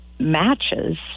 matches